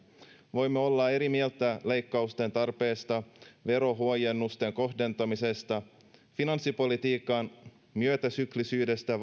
voimme olla eri mieltä leikkausten tarpeesta verohuojennusten kohdentamisesta finanssipolitiikan myötäsyklisyydestä